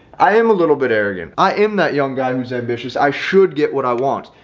i am a little bit arrogant. i am that young guy who's ambitious, i should get what i want.